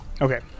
Okay